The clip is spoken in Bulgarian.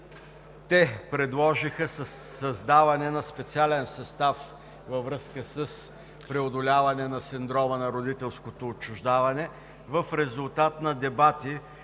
Те предложиха създаване на специален състав във връзка с преодоляване на синдрома на родителското отчуждаване. В резултат на дебати